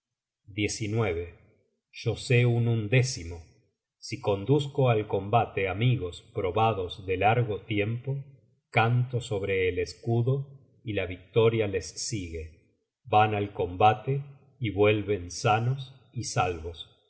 yo sé un undécimo si conduzco al combate amigos probados de largo tiempo canto sobre el escudo y la victoria les sigue van al combate y vuelven sanos y salvos